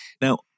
Now